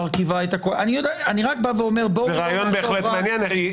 ברוכים הבאים לישיבת ועדת החוקה,